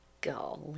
Golly